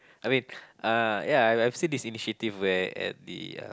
I mean uh ya I have seen this initiative where at the uh